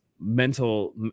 mental